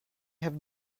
have